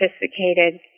sophisticated